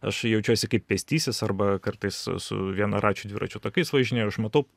aš jaučiuosi kaip pėstysis arba kartais su su vienaračiu dviračių takais važinėju aš matau